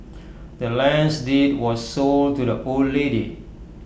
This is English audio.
the land's deed was sold to the old lady